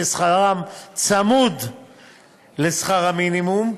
ששכרם צמוד לשכר המינימום,